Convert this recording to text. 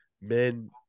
men